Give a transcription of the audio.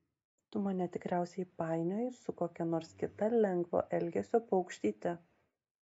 tu mane tikriausiai painioji su kokia nors kita lengvo elgesio paukštyte